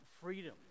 freedom